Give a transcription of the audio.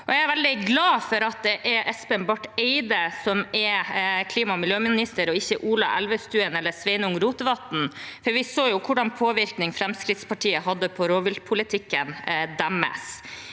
Jeg er veldig glad for at det er Espen Barth Eide som er klima- og miljøminister, ikke Ola Elvestuen eller Sveinung Rotevatn, for vi så jo hvilken påvirkning Fremskrittspartiet hadde på rovviltpolitikken deres.